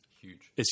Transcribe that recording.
huge